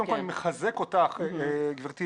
קודם כל אני מחזק אותך גבירתי,